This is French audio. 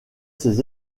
ses